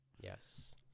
Yes